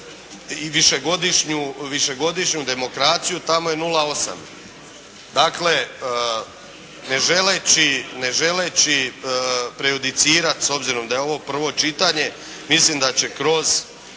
i višegodišnju demokraciju tamo je 0,8. Dakle, ne želeći prejudicirati s obzirom da je ovo prvo čitanje mislim da će kroz